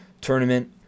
tournament